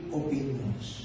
opinions